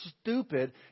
stupid